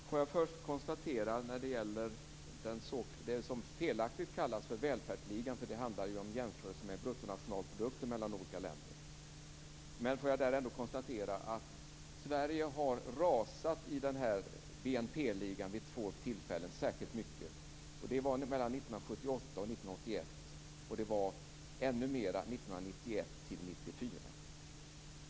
Fru talman! Jag vill först konstatera när det gäller det som felaktigt kallas för välfärdsligan, för det handlar ju om jämförelser av bruttonationalprodukter mellan olika länder, att Sverige har rasat särskilt mycket i denna BNP-liga vid två tillfällen. Det var 1978-1981 och ännu mer 1991-1994.